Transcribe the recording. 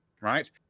right